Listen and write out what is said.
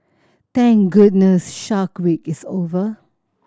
thank goodness Shark Week is over